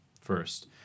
first